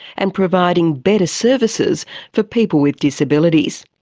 and providing better services for people with disabilities.